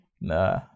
Nah